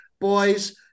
boys